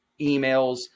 emails